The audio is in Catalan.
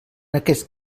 aquest